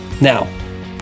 Now